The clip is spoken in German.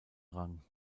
rang